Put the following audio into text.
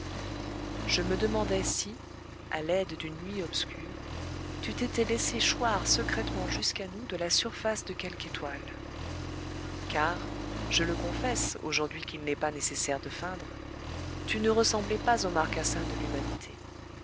je me demandais si à l'aide d'une nuit obscure tu t'étais laissé choir secrètement jusqu'à nous de la surface de quelque étoile car je le confesse aujourd'hui qu'il n'est pas nécessaire de feindre tu ne ressemblais pas aux marcassins de l'humanité